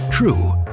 True